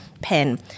pen